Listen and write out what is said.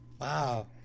Wow